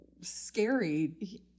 scary